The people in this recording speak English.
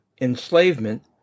enslavement